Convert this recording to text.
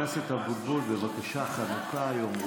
חבר הכנסת אבוטבול, בבקשה, חנוכה היום.